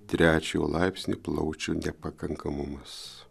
trečiojo laipsnio plaučių nepakankamumas